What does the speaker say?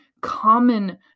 common